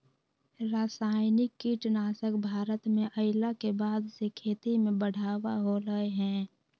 रासायनिक कीटनासक भारत में अइला के बाद से खेती में बढ़ावा होलय हें